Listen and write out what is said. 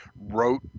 wrote